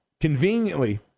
conveniently